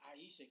Aisha